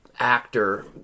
actor